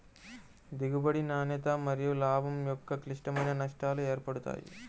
దిగుబడి, నాణ్యత మరియులాభం యొక్క క్లిష్టమైన నష్టాలు ఏర్పడతాయి